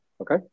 Okay